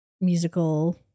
musical